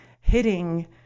hitting